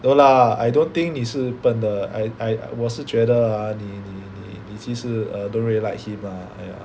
no lah I don't think 你是笨的 I I 我是觉得你其实 don't really like him